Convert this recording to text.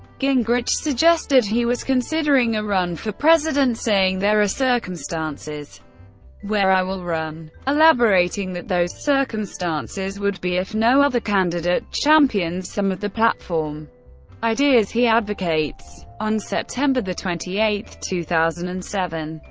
gingrich suggested he was considering a run for president, saying, there are circumstances where i will run, elaborating that those circumstances would be if no other candidate champions some of the platform ideas he advocates. on september twenty eight, two thousand and seven,